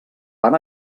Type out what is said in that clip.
van